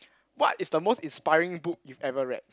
what is the most inspiring book you've ever read